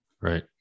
right